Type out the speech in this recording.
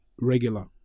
regular